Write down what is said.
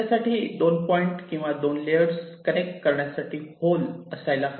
त्यासाठी 2 पॉईंट किंवा 2 layers connect करण्यासाठी होल असायला हवे